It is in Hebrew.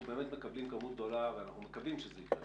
מקבלים כמות גדולה ואנחנו מקווים שזה יקרה,